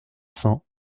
cents